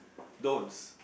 don't